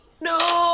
No